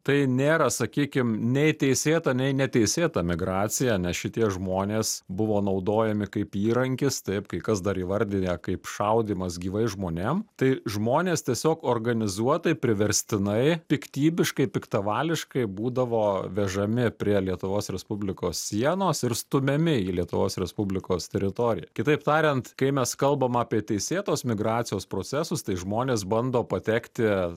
tai nėra sakykim nei teisėta nei neteisėta migracija nes šitie žmonės buvo naudojami kaip įrankis taip kai kas dar įvardija kaip šaudymas gyvais žmonėm tai žmonės tiesiog organizuotai priverstinai piktybiškai piktavališkai būdavo vežami prie lietuvos respublikos sienos ir stumiami į lietuvos respublikos teritoriją kitaip tariant kai mes kalbam apie teisėtos migracijos procesus tai žmonės bando patekti